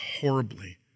horribly